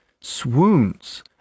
swoons